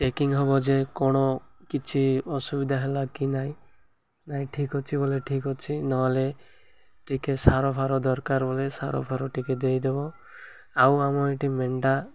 checking ହେବ ଯେ କ'ଣ କିଛି ଅସୁବିଧା ହେଲା କି ନାଇଁ ନାଇଁ ଠିକ୍ ଅଛି ବୋଲେ ଠିକ୍ ଅଛି ନହେଲେ ଟିକେ ସାରଫାର ଦରକାର ବୋଲେ ସାରଫାର ଟିକେ ଦେଇଦେବ ଆଉ ଆମ ଏଇଠି ମେଣ୍ଢା